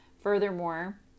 Furthermore